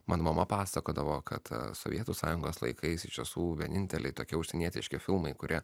man mama pasakodavo kad sovietų sąjungos laikais iš tiesų vieninteliai tokie užsienietiški filmai kurie